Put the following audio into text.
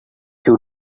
you